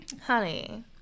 Honey